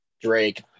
Drake